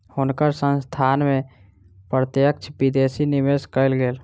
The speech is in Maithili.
हुनकर संस्थान में प्रत्यक्ष विदेशी निवेश कएल गेल